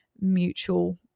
mutual